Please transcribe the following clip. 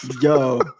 Yo